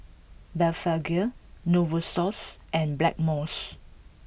Blephagel Novosource and Blackmores